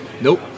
nope